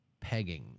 Pegging